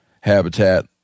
habitat